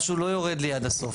משהו לא יורד לי עד הסוף.